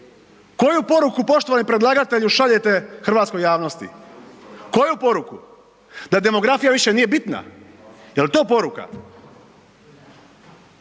Koju poruku poštovani predlagatelju šaljete hrvatskoj javnosti, koju poruku? Da demografija više nije bitna. Jel to poruka?